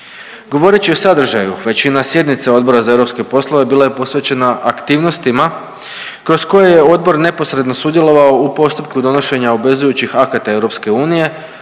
Govoreći o sadržaju većina sjednica za Odbora za europske poslove bila je posvećena aktivnostima kroz koje je odbor neposredno sudjelovao u postupku donošenja obvezujući akata EU